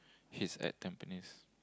he's at tampines